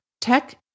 tech